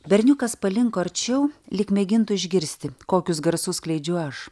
berniukas palinko arčiau lyg mėgintų išgirsti kokius garsus skleidžiu aš